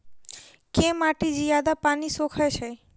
केँ माटि जियादा पानि सोखय छै?